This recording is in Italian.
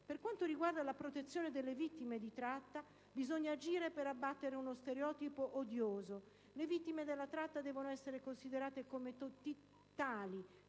Per quanto riguarda la protezione delle vittime di tratta, bisogna agire per abbattere uno stereotipo odioso: le vittime della tratta devono essere considerate titolari